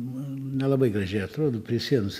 man nelabai gražiai atrodo prie sienos